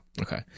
Okay